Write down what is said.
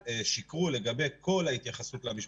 לישראל שיקרו לגבי כל ההתייחסות למשפחה.